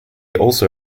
also